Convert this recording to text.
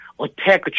Attack